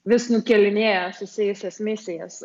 vis nukėlinėja susijusias misijas